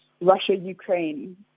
Russia-Ukraine